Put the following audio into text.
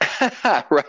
Right